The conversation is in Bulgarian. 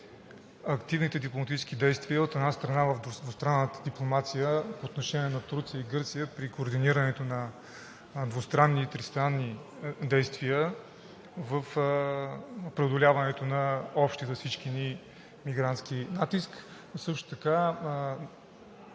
активните дипломатически действия, от една страна, в двустранната дипломация по отношение на Турция и Гърция при координирането на двустранни и тристранни действия в преодоляването на общия за всички ни мигрантски натиск. Също така